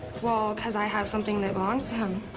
well, because i have something that belongs to him.